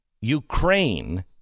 Ukraine